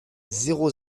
zéro